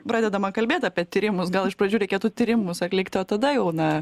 pradedama kalbėti apie tyrimus gal iš pradžių reikėtų tyrimus atlikti o tada jau na